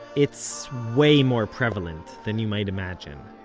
it's way more prevalent than you might imagine